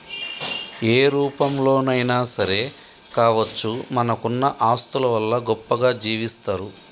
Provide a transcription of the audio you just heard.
ఏ రూపంలోనైనా సరే కావచ్చు మనకున్న ఆస్తుల వల్ల గొప్పగా జీవిస్తరు